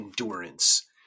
endurance